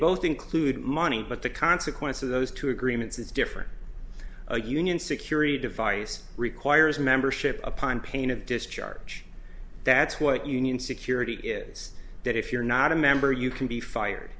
both include money but the consequence of those two agreements is different a union security device requires membership upon pain of discharge that's what union security is that if you're not a member you can be fired